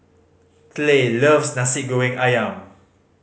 Clay loves Nasi Goreng Ayam